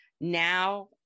Now